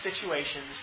situations